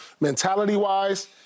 Mentality-wise